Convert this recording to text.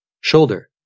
shoulder